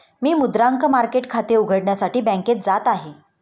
मी मुद्रांक मार्केट खाते उघडण्यासाठी बँकेत जात आहे